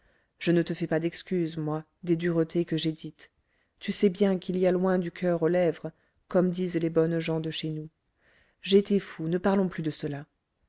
je ne te fais pas d'excuses moi des duretés que j'ai dites tu sais bien qu'il y a loin du coeur aux lèvres comme disent les bonnes gens de chez nous j'étais fou ne parlons plus de cela